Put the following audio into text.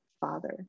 father